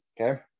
okay